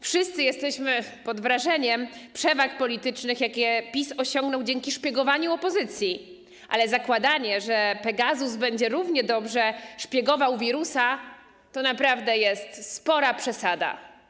Wszyscy jesteśmy pod wrażeniem przewag politycznych, jakie PiS osiągnął dzięki szpiegowaniu opozycji, ale zakładanie, że Pegasus równie dobrze będzie szpiegował wirusa, to naprawdę spora przesada.